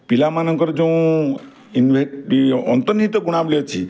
ପିଲାମାନଙ୍କର ଯେଉଁ ଅନ୍ତର୍ନିହିତ ଗୁଣାବଳୀ ଅଛି